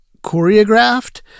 choreographed